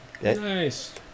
Nice